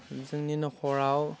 जोंनि नख'राव